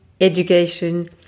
education